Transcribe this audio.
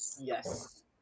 yes